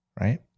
right